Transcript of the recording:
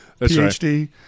PhD